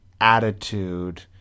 attitude